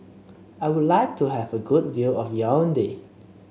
I would like to have a good view of Yaounde